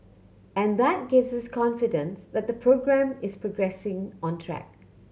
and that gives us confidence that the programme is progressing on track